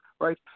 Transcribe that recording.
right